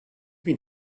been